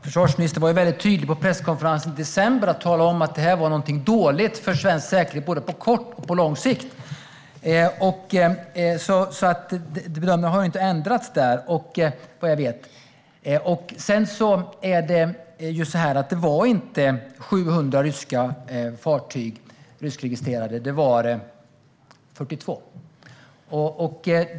Fru talman! På presskonferensen i december var försvarsministern tydlig med att tala om att detta var något dåligt för svensk säkerhet både på kort och lång sikt. Vad jag vet har bedömningen inte ändrats. Det var inte 700 ryskregistrerade fartyg, utan det var 42.